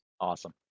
Awesome